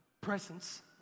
presence